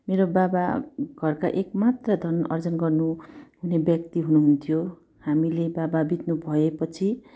मेरो बाबा घरका एक मात्र धन अर्जन गर्नुहुने व्यक्ति हुनुहुन्थ्यो हामीले बाबा बित्नु भएपछि